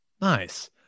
Nice